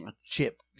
chip